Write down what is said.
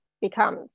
becomes